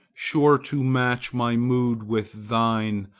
sure to match my mood with thine,